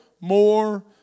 more